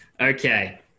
Okay